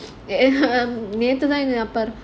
ya send me send me